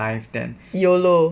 YOLO